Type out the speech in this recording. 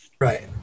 Right